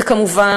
וכמובן,